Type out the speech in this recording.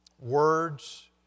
Words